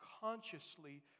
consciously